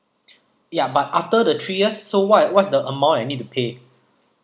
ya but after the three years so what what's the amount I need to pay